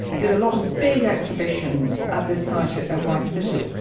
did a lot of big exhibitions at this site at at white city.